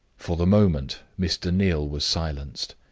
for the moment, mr. neal was silenced.